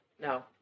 No